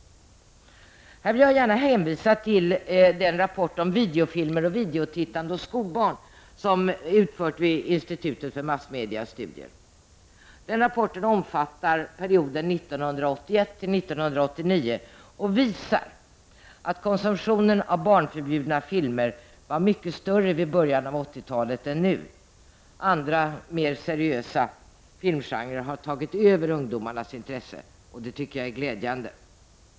Här vill jag gärna hänvisa till rapporten Videofilmer och videotittande hos skolbarn, utförd vid institutet för massmediastudier. Den rapporten omfattar perioden 1981—1987 och visar att konsumtionen av barnförbjudna filmer var avsevärt mycket större vid början av 80-talet än nu. Andra, mer seriösa, filmgenrer har tagit över ungdomarnas intresse. Det tycker jag är glädjande.